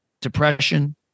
depression